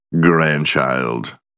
Grandchild